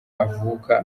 avuka